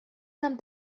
нам